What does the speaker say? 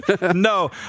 No